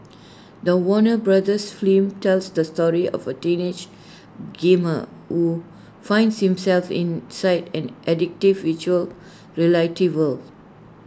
the Warner brothers film tells the story of A teenage gamer who finds himself inside an addictive Virtual Reality world